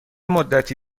مدتی